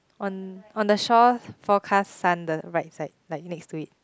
on on the shore for Kasan the right side like next to it